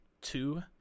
two